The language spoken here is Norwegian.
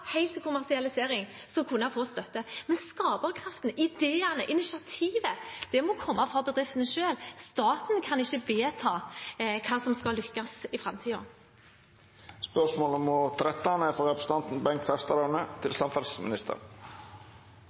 til kommersialisering, skal kunne få støtte. Men skaperkraften, ideene, initiativet, må komme fra bedriftene selv. Staten kan ikke vedta hva som skal lykkes i framtiden. «Senterpartiet ønsker å flytte mer gods fra vei til bane. Noen tiltak for å få til